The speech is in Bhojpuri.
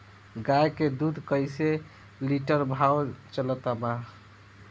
गाय के दूध कइसे लिटर भाव चलत बा?